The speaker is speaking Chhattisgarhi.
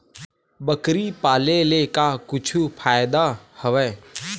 बकरी पाले ले का कुछु फ़ायदा हवय?